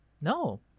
No